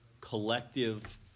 collective